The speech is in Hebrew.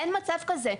אין מצב כזה.